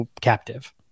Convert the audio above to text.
captive